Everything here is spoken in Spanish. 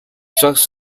sus